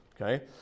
okay